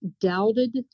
doubted